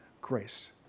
grace